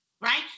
right